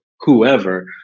whoever